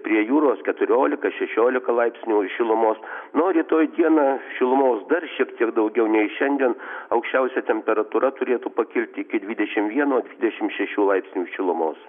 prie jūros keturiolika šešiolika laipsnių šilumos na o rytoj dieną šilumos dar šiek tiek daugiau nei šiandien aukščiausia temperatūra turėtų pakilt iki dvidešim vieno dvidešim šešių laipsnių šilumos